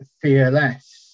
fearless